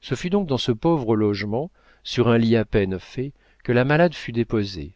ce fut donc dans ce pauvre logement sur un lit à peine fait que la malade fut déposée